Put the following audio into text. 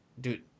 dude